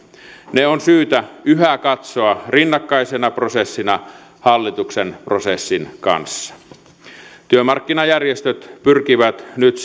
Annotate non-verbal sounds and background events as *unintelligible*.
ne on syytä yhä katsoa rinnakkaisena prosessina hallituksen prosessin kanssa työmarkkinajärjestöt siis pyrkivät nyt *unintelligible*